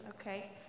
okay